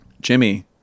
Jimmy